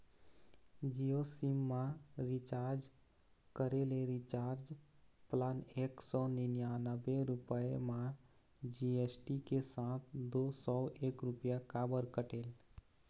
Jio SIM मा recharge करे ले रिचार्ज प्लान एक सौ निन्यानबे रुपए मा जी.एस.टी के साथ दो सौ एक रुपया काबर कटेल?